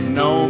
no